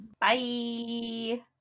Bye